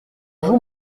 vous